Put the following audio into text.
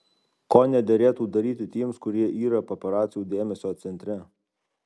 ko nederėtų daryti tiems kurie yra paparacių dėmesio centre